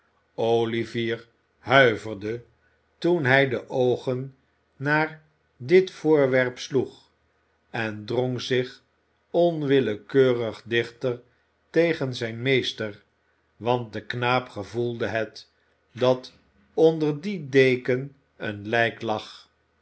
olivier huiverde toen hij de oogen naar dit voorwerp sloeg en drong zich onwillekeurig dichter tegen zijn meester want de knaap gevoelde het dat onder die deken een lijk lag